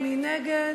מי נגד?